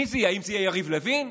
האם זה יהיה יריב לוין?